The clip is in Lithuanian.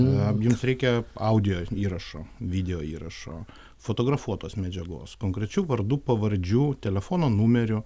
ar jums reikia audio įrašų video įrašo fotografuotos medžiagos konkrečių vardų pavardžių telefono numerių